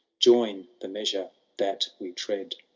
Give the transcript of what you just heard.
join the measure that we tread.